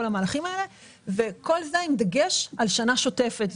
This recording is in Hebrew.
המהלכים האלה וכל זה עם דגש על שנה שוטפת.